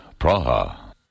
Praha